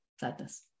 sadness